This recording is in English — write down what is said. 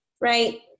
Right